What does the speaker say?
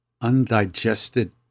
undigested